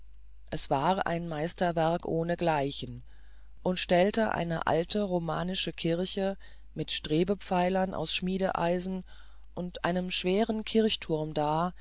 es war ein meisterwerk ohne gleichen und stellte eine alte romanische kirche mit strebepfeilern aus schmiedeeisen und einem schweren kirchthurm dar